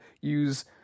use